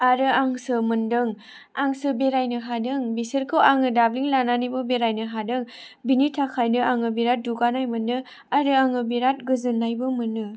आरो आंसो मोनदों आंसो बेरायनो हादों बिसोरखौ आङो दाब्लिं लानानैबो बेरायनो हादों बेनि थाखायनो आङो बिराद दुगानाय मोनो आरो आङो बिराद गोजोननायबो मोनो